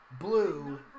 blue